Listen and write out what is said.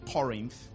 Corinth